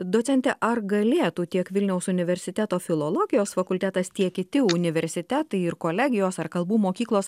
docente ar galėtų tiek vilniaus universiteto filologijos fakultetas tie kiti universitetai ir kolegijos ar kalbų mokyklos